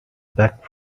back